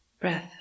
breath